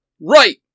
Right